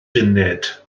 funud